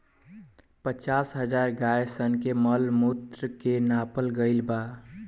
पचास हजार गाय सन के मॉल मूत्र के नापल गईल बा